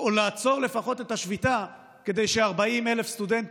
צעירה, הדור הבא של מדינת ישראל,